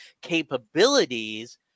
capabilities